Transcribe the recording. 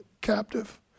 captive